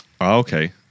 okay